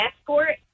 Escort